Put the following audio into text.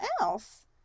else